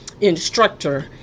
instructor